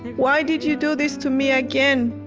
why did you do this to me again?